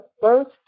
first